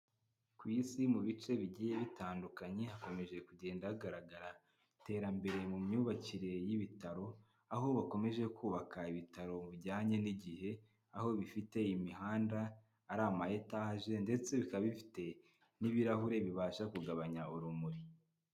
Ku isi mu bice bigiye bitandukanye, hakomeje kugenda hagaragara iterambere mu myubakire y'ibitaro, aho bakomeje kubaka ibitaro bijyanye n'igihe, aho bifite imihanda, ari ama etaje ndetse bikaba bifite n'ibirahure bibasha kugabanya urumuri.